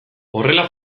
horrela